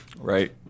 Right